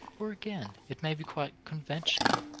or again it may be quite conventional